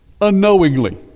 unknowingly